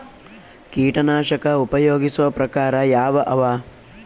ಕೀಟನಾಶಕ ಉಪಯೋಗಿಸೊ ಪ್ರಕಾರ ಯಾವ ಅವ?